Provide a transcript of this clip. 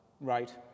Right